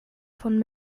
von